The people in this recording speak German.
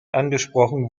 angesprochen